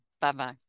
Bye-bye